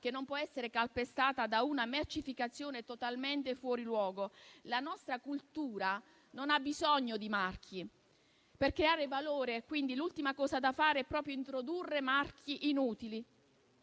che non può essere calpestata da una mercificazione totalmente fuori luogo. La nostra cultura non ha bisogno di marchi; per creare valore, quindi, l'ultima cosa da fare è proprio introdurre marchi inutili.